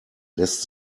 lässt